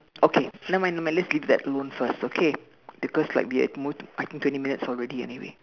okay nevermind nevermind let's leave that alone first okay because like we have mo~ I think twenty minutes already anyway